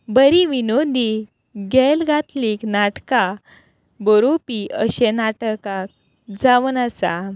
बरीं विनोदी नाटकां बरोवपी अशे नाटकाक जावन आसा